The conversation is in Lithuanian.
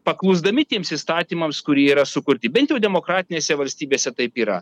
paklusdami tiems įstatymams kurie yra sukurti bent jau demokratinėse valstybėse taip yra